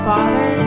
Father